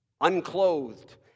unclothed